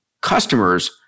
customers